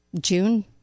June